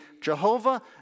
Jehovah